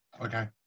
Okay